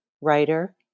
writer